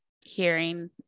hearing